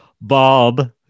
Bob